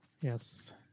Yes